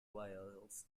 whales